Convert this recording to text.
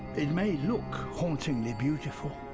it may look hauntingly beautiful,